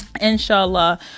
inshallah